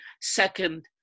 second